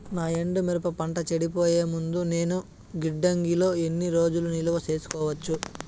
నా ఎండు మిరప పంట చెడిపోయే ముందు నేను గిడ్డంగి లో ఎన్ని రోజులు నిలువ సేసుకోవచ్చు?